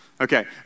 Okay